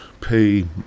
pay